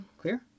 Clear